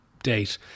date